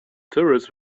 turrets